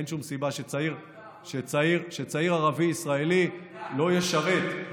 אין שום סיבה שצעיר ערבי ישראלי לא ישרת,